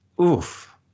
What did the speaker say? oof